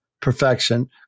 perfection